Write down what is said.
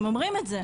אתם אומרים את זה.